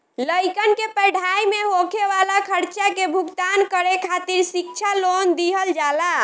लइकन के पढ़ाई में होखे वाला खर्चा के भुगतान करे खातिर शिक्षा लोन दिहल जाला